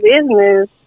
business